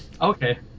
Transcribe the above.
okay